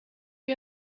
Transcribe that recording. you